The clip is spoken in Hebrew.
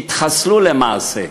שהתחסלו למעשה.